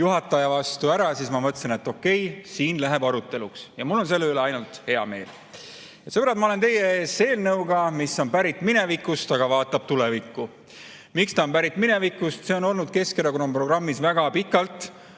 juhataja vastu välja, siis ma mõtlesin, et okei, siin läheb aruteluks. Mul on selle üle ainult hea meel. Sõbrad, ma olen teie ees eelnõuga, mis on pärit minevikust, aga vaatab tulevikku. Miks ta on pärit minevikust? See on olnud Keskerakonna programmis väga pikalt.